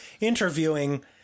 interviewing